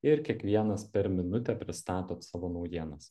ir kiekvienas per minutę pristatot savo naujienas